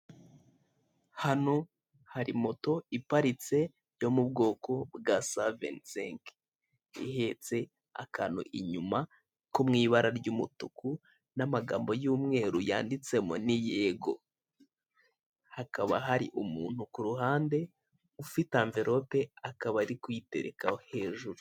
Hano hari moto iparitse yo bwoko bwa saventi senke, ihetse akantu inyuma ko mu ibara ry'umutuku n'amagambo y'umweru yanditsemo ni yego. Hakaba hari umuntu ku ruhande ufite anverope, akaba ari kuyiterekaho hejuru.